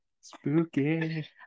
Spooky